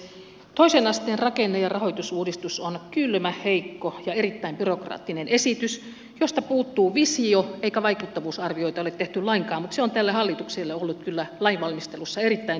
toisen asteen rakenne ja rahoitusuudistus on kylmä heikko ja erittäin byrokraattinen esitys josta puuttuu visio eikä vaikuttavuusarvioita ole tehty lainkaan mutta se on tälle hallitukselle ollut kyllä lainvalmistelussa erittäin tyypillistä